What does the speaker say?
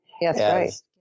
Yes